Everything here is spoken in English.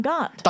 God